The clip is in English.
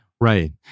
Right